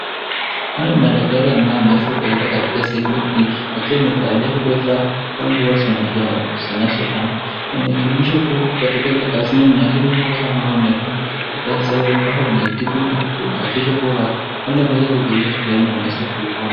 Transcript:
Hawa ni madaktari ambao wameweza kuenda katika sehemu hii, wakiwa wamevalia nguo ambazo zinazofanana, wamejumuika katika kazini, na ile kazi ambayo wanaifanya ni kazi ambayo wanatibu na kuhahikikisha kuwa wale wameweza kutumia sindano wameweza kuipona.